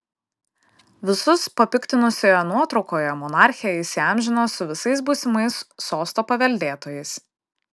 visus papiktinusioje nuotraukoje monarchė įsiamžino su visais būsimais sosto paveldėtojais